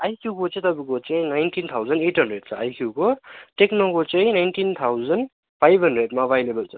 आइक्यूको चाहिँ तपाईँको चाहिँ नाइन्टिन थाउजन एट हन्ड्रेड छ आइक्यूको टेक्नोको चाहिँ नाइन्टिन थाउजन फाइभ हन्ड्रेडमा एभाइलेबल